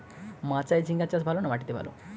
মাচায় ঝিঙ্গা চাষ ভালো না মাটিতে ভালো?